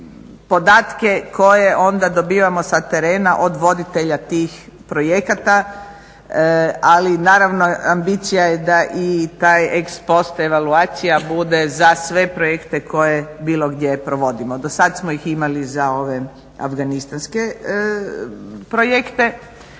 podatke koje onda dobivamo sa terena od voditelja tih projekata, ali naravno ambicija je da i taj ex-post evaluacija bude za sve projekte koje bilo gdje provodimo. Do sada smo ih imali za ove afganistanske projekte.